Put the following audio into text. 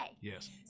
Yes